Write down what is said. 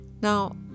Now